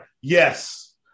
Yes